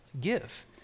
give